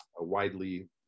widely